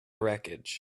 wreckage